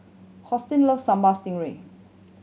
Hosteen love Sambal Stingray